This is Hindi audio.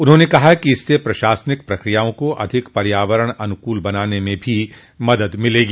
उन्होंने कहा कि इससे प्रशासनिक प्रक्रियाओं को अधिक पर्यावरण अनुकुल बनाने में भी मदद मिलेगी